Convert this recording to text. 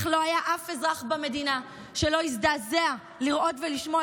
לא היה אף אזרח במדינה שלא הזדעזע לראות ולשמוע